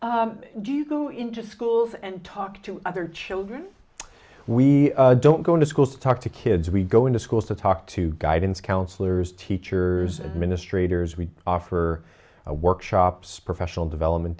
do you go into schools and talk to other children we don't go into schools to talk to kids we go into schools to talk to guidance counselors teachers administrators we offer workshops professional development